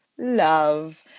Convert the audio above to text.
Love